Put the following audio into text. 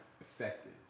effective